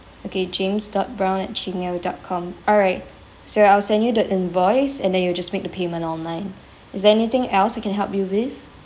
okay james dot brown at G mail dot com alright so I'll send you the invoice and then you just make the payment online is there anything else I can help you with